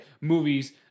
movies